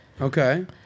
Okay